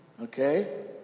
okay